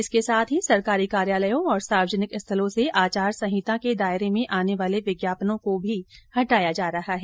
इसी के साथ ही सरकारी कार्यालयों और सार्वजनिक स्थलों से आचार संहिता के दायरे में आने वाले विज्ञापनों को हटाया जा रहा है